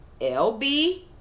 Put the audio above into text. LB